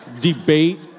Debate